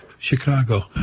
Chicago